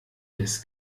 des